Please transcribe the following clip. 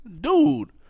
Dude